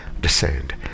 descend